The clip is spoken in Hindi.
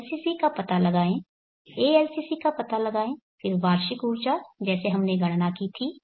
LCC का पता लगाएं ALCC का पता लगाएं फिर वार्षिक ऊर्जा जैसे हमने गणना की थी